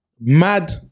Mad